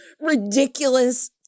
ridiculous